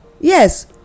Yes